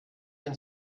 ein